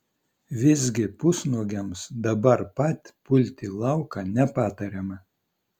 visgi pusnuogiams dabar pat pulti lauką nepatariama